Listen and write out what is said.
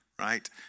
right